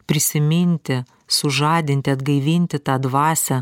prisiminti sužadinti atgaivinti tą dvasią